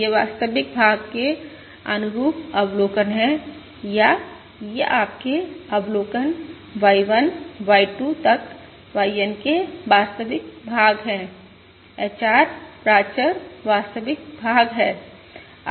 ये वास्तविक भाग के अनुरूप अवलोकन हैं या ये आपके अवलोकन Y1 Y 2 तक YN के वास्तविक भाग हैं HR प्राचर वास्तविक भाग है